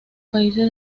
países